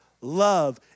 love